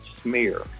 Smear